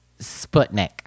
Sputnik